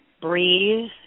breathe